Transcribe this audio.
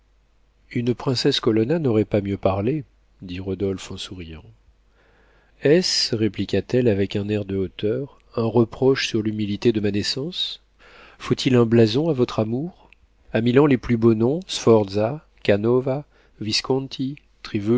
une princesse colonna n'aurait pas mieux parlé dit rodolphe en souriant est-ce répliqua-t-elle avec un air de hauteur un reproche sur l'humilité de ma naissance faut-il un blason à votre amour a milan les plus beaux noms sforza canova visconti